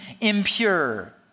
impure